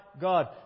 God